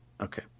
okay